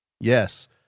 yes